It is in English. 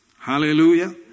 Hallelujah